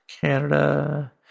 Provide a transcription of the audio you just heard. Canada